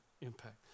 impact